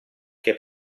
che